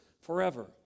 forever